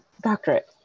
doctorate